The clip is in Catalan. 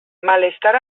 malestar